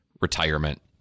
retirement